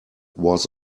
was